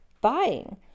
buying